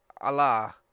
Allah